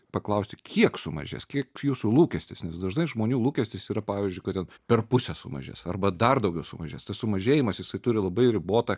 paklausti kiek sumažės kiek jūsų lūkestis nes dažnai žmonių lūkestis yra pavyzdžiui kad ten per pusę sumažės arba dar daugiau sumažės tas sumažėjimas jisai turi labai ribotą